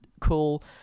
cool